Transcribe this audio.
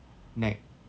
nec~